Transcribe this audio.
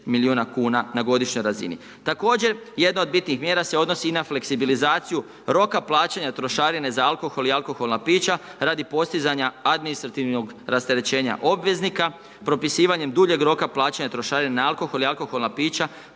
milijuna kuna na godišnjoj razini. Također, jedna od bitnih mjera se odnosi i na fleksibilizaciju roka plaćanja trošarine za alkohol i alkoholna pića radi postizanja administrativnog rasterećenja obveznika, propisivanjem duljeg roka plaćanja trošarina na alkohol i alkoholna pića,